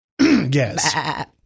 Yes